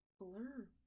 blur